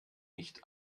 nicht